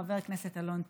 חבר הכנסת אלון טל,